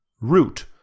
Root